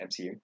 MCU